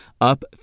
up